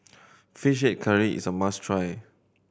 Fish Head Curry is a must try